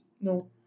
No